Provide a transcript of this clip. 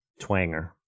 twanger